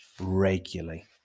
regularly